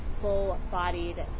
full-bodied